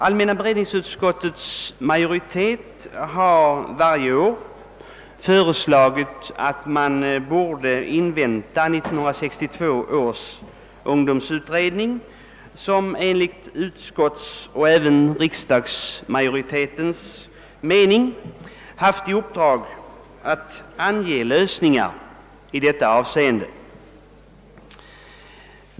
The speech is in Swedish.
Allmänna beredningsutskottets majoritet har i anledning härav varje år föreslagit att man borde invän ta 1962 års ungdomsutredning, som enligt utskottsoch även riksdagsmajoritetens mening haft i uppdrag att ange lösningar i detta avseende.